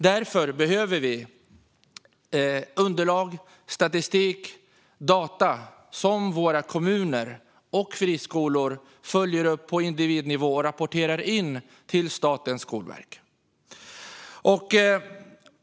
Därför behöver vi underlag, statistik och data som våra kommuner och friskolor följer upp på individnivå och rapporterar in till Statens skolverk.